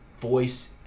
voice